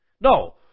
No